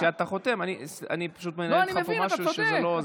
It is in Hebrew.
כשאתה חותם, אני פשוט מנהל איתך משהו שזה לא זה.